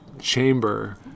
chamber